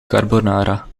carbonara